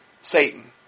Satan